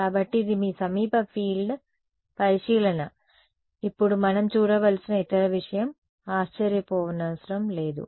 కాబట్టి ఇది మీ సమీప ఫీల్డ్ పరిశీలన ఇప్పుడు మనం చూడవలసిన ఇతర విషయం ఆశ్చర్యపోనవసరం లేదు